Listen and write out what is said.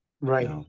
Right